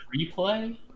Replay